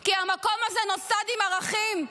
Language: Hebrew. כי המקום הזה נוסד עם ערכים.